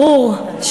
ברור,